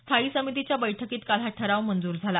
स्थायी समितीच्या बैठकीत काल हा ठराव मंजूर झाला